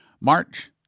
March